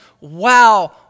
wow